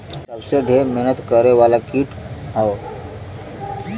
इ सबसे ढेर मेहनत करे वाला कीट हौ